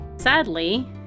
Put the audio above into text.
Sadly